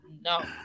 no